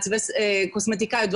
קוסמטיקאיות,